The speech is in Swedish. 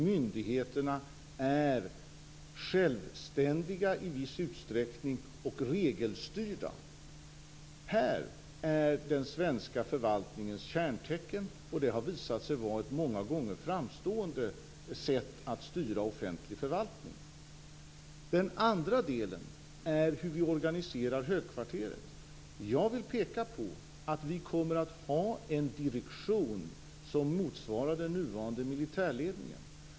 Myndigheterna är i viss utsträckning självständiga och regelstyrda. Det är den svenska förvaltningens kännetecken, och detta har visat sig vara ett många gånger framstående sätt att styra offentlig förvaltning. För det andra gäller det hur vi organiserar högkvarteret. Jag vill peka på att vi kommer att ha en direktion som motsvarar den nuvarande militärledningen.